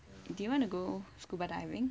do you want to go scuba diving